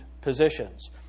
positions